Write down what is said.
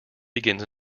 begins